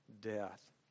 death